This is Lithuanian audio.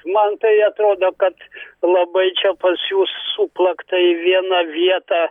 man tai atrodo kad labai čia pas jus suplakta į vieną vietą